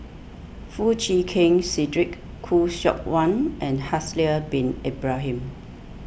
Foo Chee Keng Cedric Khoo Seok Wan and Haslir Bin Ibrahim